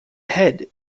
head